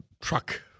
truck